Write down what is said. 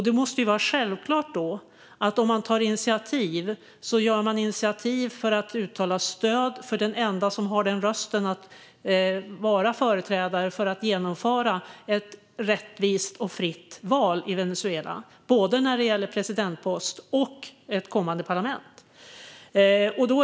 Det måste vara självklart att om man tar initiativ så måste man ta initiativ för att uttala stöd för den enda som har den rösten att vara företrädare för att genomföra ett rättvist och fritt val i Venezuela när det gäller både presidentpost och ett kommande parlament.